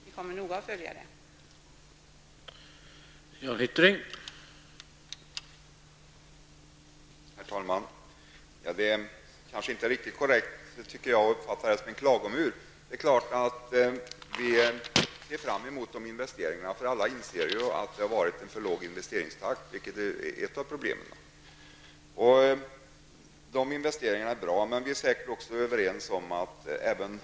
Vi kommer att följa det hela noga.